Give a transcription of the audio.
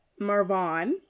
Marvon